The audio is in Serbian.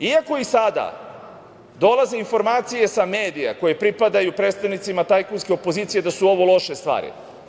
Iako i sada dolaze informacije sa medija koje pripadaju predstavnicima tajkunske opozicije da su ovo loše stvari.